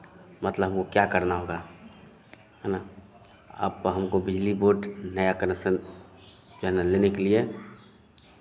मतलब हमको क्या करना होगा हेना आप हमको बिजली बोर्ड नया कनेक्शन जो है ना लेने के लिए